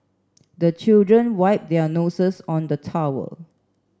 the children wipe their noses on the towel